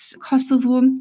Kosovo